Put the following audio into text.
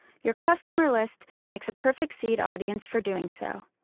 your customer list makes a perfect seed audience for doing so.